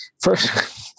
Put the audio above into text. first